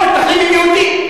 כל המתנחלים הם יהודים.